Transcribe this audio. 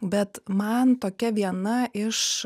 bet man tokia viena iš